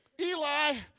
Eli